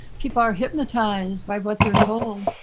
people are hypnotized by what they're told. um